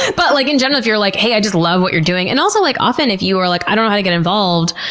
but like in general, if you're like, i just love what you're doing. and also, like often if you are like, i don't know how to get involved,